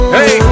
Hey